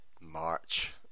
march